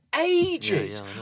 ages